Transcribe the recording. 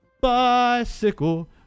Bicycle